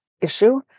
issue